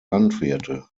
landwirte